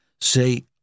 Say